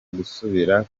gusubira